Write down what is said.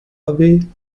arbeiten